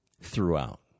throughout